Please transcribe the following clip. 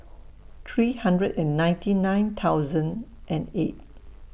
three hundred and ninety nine thousand and eight